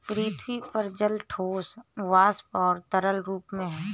पृथ्वी पर जल ठोस, वाष्प और तरल रूप में है